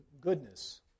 goodness